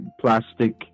Plastic